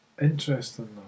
interesting